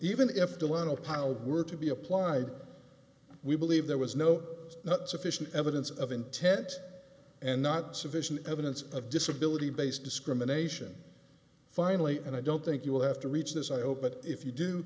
even if dilana piled were to be applied we believe there was no not sufficient evidence of intent and not sufficient evidence of disability based discrimination finally and i don't think you will have to reach this i open if you do